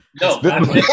No